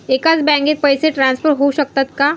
एकाच बँकेत पैसे ट्रान्सफर होऊ शकतात का?